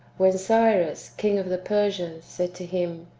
when cyrus king of the persians said to him,